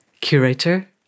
curator